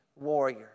warrior